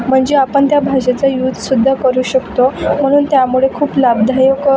म्हणजे आपण त्या भाषेचा युज सुद्धा करू शकतो म्हणून त्यामुळे खूप लाभदायक